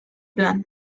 plan